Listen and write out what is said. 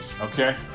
Okay